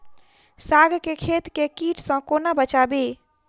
साग केँ खेत केँ कीट सऽ कोना बचाबी?